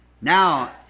Now